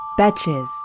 Betches